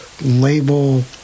label